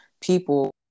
people